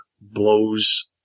blows